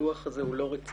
הדוח הזה הוא לא רציני,